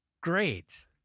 Great